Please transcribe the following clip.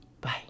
Bye